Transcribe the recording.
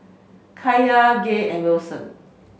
Kaiya Gay and Wilson